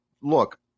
look